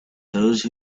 those